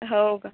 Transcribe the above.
हो का